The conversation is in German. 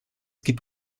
gibt